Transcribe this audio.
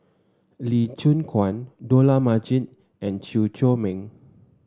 Lee Choon Guan Dollah Majid and Chew Chor Meng